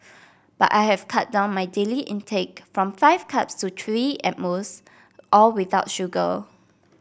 but I have cut down my daily intake from five cups to three at most all without sugar